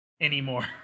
anymore